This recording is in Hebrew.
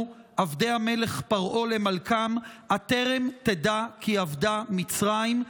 עבדי המלך פרעה למלכם: "הטרם תדע כי אבדה מצרים"?